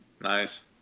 Nice